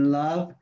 love